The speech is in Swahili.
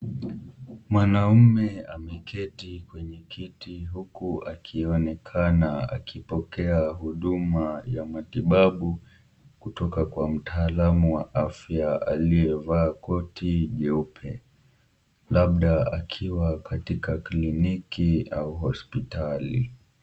Mwanaume ameketi kwenye kiti huku akionekana akipokea huduma ya matibabu kutoka kwa mtalaamu wa afya aliyevaa koti nyeupe, labda akiwa katika kliniki au hosipitali.